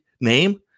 name